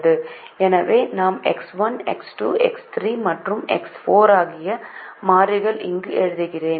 எனவே நான் x 1 x 2 x 3 மற்றும் எக்ஸ் 4 ஆகிய மாறிகளை இங்கு எழுதுகிறேன்